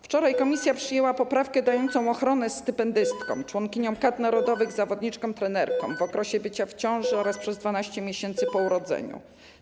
Wczoraj komisja przyjęła poprawkę dającą ochronę stypendystkom: członkiniom kadr narodowych, zawodniczkom, trenerkom w okresie ciąży oraz przez 12 miesięcy po urodzeniu dziecka.